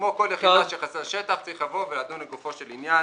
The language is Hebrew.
כמו כל יחידה שחסר שטח צריך לבוא ולדון לגופו של עניין.